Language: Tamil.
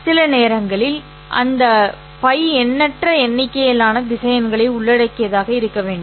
சில நேரங்களில் அந்த பை எண்ணற்ற எண்ணிக்கையிலான திசையன்களை உள்ளடக்கியதாக இருக்க வேண்டும்